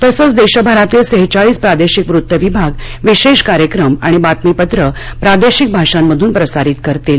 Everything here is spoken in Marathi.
तसंच देशभरातील सेहेचाळीस प्रादेशिक वृत्त विभाग विशेष कार्यक्रम आणि बातमीपत्रं प्रादेशिक भाषांमधून प्रसारित करतील